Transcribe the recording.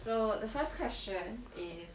so the first question is